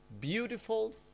beautiful